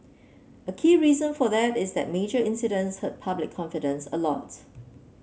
a key reason for that is that major incidents hurt public confidence a lot